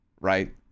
Right